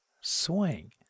swing